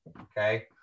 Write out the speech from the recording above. Okay